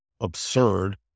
absurd